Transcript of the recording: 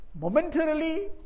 Momentarily